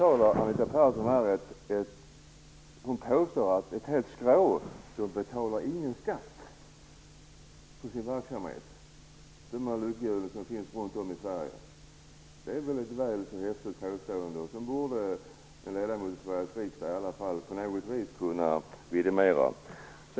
Anita Persson påstod här att ett helt skrå, de som bedriver verksamhet med s.k. lyckohjul, inte betalar skatt. Det är väl ett väl häftigt påstående, som en ledamot av Sveriges riksdag åtminstone på något vis borde kunna vidimera.